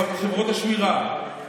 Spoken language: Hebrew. חברות השמירה,